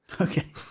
Okay